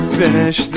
finish